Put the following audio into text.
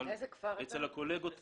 אבל אצל הקולגות כן.